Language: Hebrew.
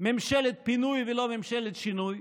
ממשלת פינוי ולא ממשלת שינוי,